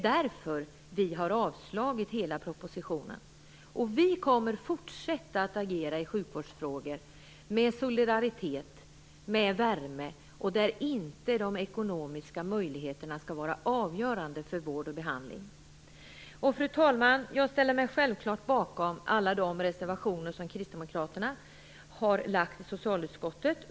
Därför har vi avslagit hela propositionen. Vi kommer att fortsätta att agera i sjukvårdsfrågor, med solidaritet och värme. De ekonomiska möjligheterna skall inte vara avgörande för vård och behandling. Fru talman! Jag ställer mig självklart bakom alla de reservationer som kristdemokraterna har lagt fram i socialutskottet.